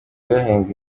yahembye